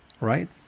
right